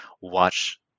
watch